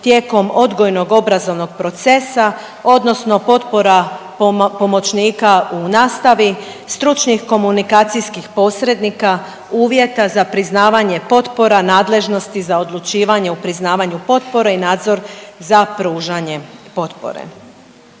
tijekom odgojnog obrazovnog procesa odnosno potpora pomoćnika u nastavi, stručnih komunikacijskih posrednika, uvjeta za priznavanje potpora nadležnosti za odlučivanje o priznavanju potpore i nadzor za pružanjem potpore.